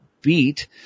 beat